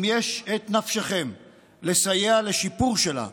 אם יש את נפשכם לסייע לשיפור שלה,